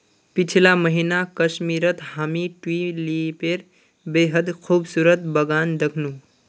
पीछला महीना कश्मीरत हामी ट्यूलिपेर बेहद खूबसूरत बगान दखनू